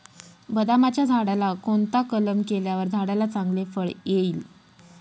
बदामाच्या झाडाला कोणता कलम केल्यावर झाडाला चांगले फळ येईल?